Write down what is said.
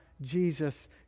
Jesus